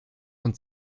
und